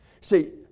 See